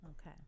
Okay